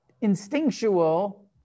instinctual